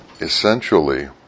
essentially